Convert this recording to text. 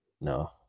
No